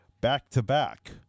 back-to-back